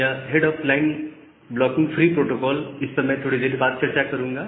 यह head of line blocking free protocol इस पर मैं थोड़ी देर के बाद चर्चा करूंगा